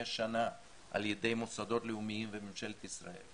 שנה על ידי המוסדות הלאומיים וממשלת ישראל,